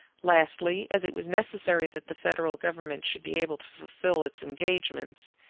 lastly, as it was necessary that the federal government should be able to fulfil its engagements,